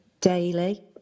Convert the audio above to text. daily